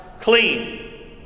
clean